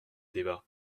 débats